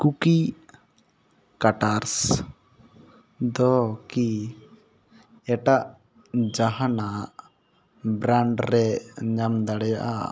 ᱠᱩᱠᱤ cutters ᱫᱚᱠᱤ ᱮᱴᱟᱜ ᱡᱟᱦᱟᱱᱟᱜ ᱵᱨᱟᱱᱰ ᱨᱮ ᱧᱟᱢ ᱫᱟᱲᱮᱭᱟᱜᱼᱟ